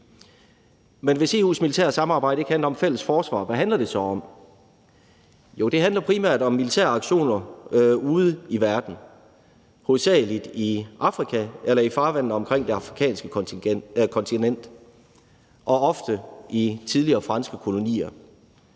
Men hvis EU's militære samarbejde ikke handler om et fælles forsvar, hvad handler det så om? Det handler primært om militære aktioner ude i verden, hovedsagelig i Afrika eller i farvandene omkring det afrikanske kontinent og ofte i tidligere franske kolonier.